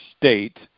state